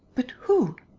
but who?